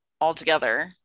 altogether